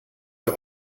ihr